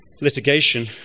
Litigation